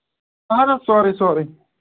اَہَن حظ سورُے سورُے